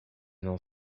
n’en